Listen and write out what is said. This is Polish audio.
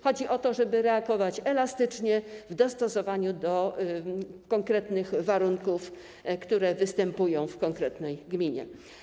Chodzi o to, żeby reagować elastycznie, dostosowując się do konkretnych warunków, które występują w konkretnej gminie.